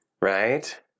right